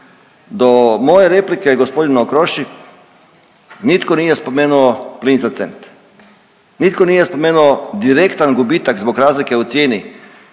Do moje replike gospodinu Okroši nitko nije spomenuo Plin za cent. Nitko nije spomenuo direktan gubitak zbog razlike u cijeni